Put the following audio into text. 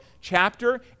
chapter